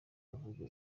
avuga